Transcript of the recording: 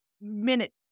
Minute